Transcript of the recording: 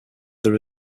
there